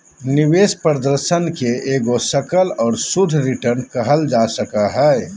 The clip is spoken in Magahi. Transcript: निवेश प्रदर्शन के एगो सकल और शुद्ध रिटर्न कहल जा सको हय